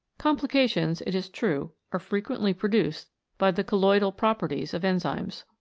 complications, it is true, are frequently produced by the colloidal properties of enzymes,